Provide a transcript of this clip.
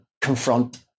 confront